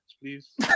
please